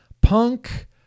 Punk